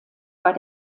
bei